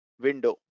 window